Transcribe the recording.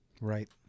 Right